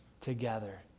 together